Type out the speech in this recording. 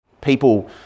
people